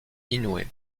inoue